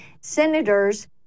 senators